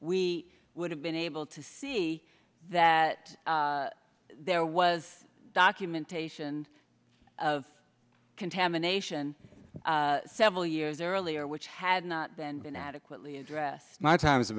we would have been able to see that there was documentation of contamination several years earlier which had not been been adequately addressed my time